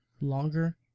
Longer